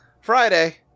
Friday